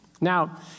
Now